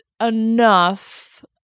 enough